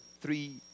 three